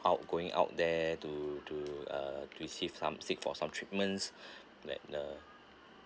outgoing out there to to uh receive some seek for some treatments like the